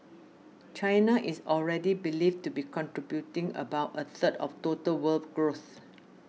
China is already believed to be contributing about a third of total world growth